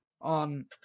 on